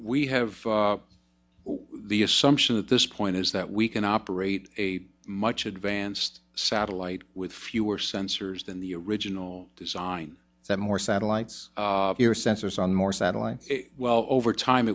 we have the assumption at this point is that we can operate a much advanced satellite with fewer sensors than the original design that more satellites or sensors on more satellites over time